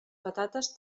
patates